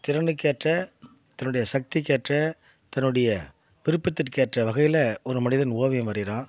திறனுக்கேற்ற தன்னுடைய சக்திக்கேற்ற தன்னுடைய விருப்பத்திற்கு ஏற்ற வகையில் ஒரு மனிதன் ஓவியம் வரைகிறான்